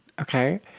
okay